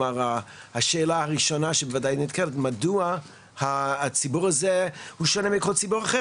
כלומר השאלה הראשונה שנשאלת מדוע הציבור הזה הוא שונה מכל ציבור אחר.